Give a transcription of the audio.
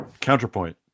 Counterpoint